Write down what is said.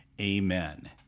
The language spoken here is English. Amen